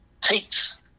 takes